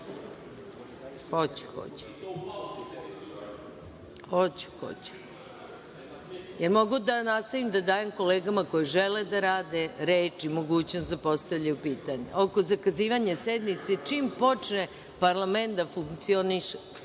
Božovića na sednicu.)Da li mogu da nastavim da dajem reč kolegama koji žele da rade reč i mogućnost da postavljaju pitanja? Oko zakazivanja sednice, čim počne parlamenta da funkcioniše